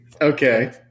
Okay